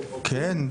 כן.